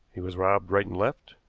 he was robbed right and left,